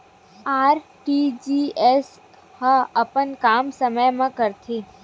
RTGS ह अपन काम समय मा करथे?